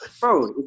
Bro